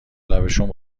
لبشون